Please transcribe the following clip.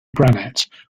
granite